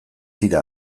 dira